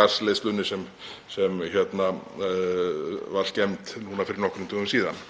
gasleiðslu sem var skemmd núna fyrir nokkrum dögum síðan.